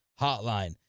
Hotline